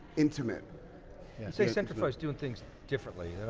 intimate. you say centrify is doing things differently.